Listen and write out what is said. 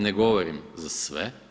Ne govorim za sve.